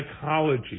psychology